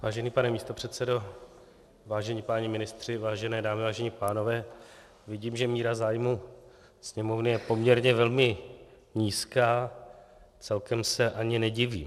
Vážený pane místopředsedo, vážení páni ministři, vážené dámy, vážení pánové, vidím, že míra zájmu Sněmovny je poměrně velmi nízká, celkem se ani nedivím.